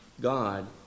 God